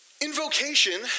Invocation